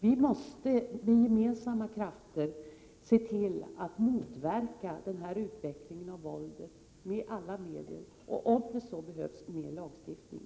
Vi måste med gemensamma krafter se till att motverka den här utvecklingen och det här våldet med alla medel och, om så behövs, enligt min mening med lagstiftning.